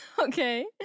Okay